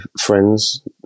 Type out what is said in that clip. friends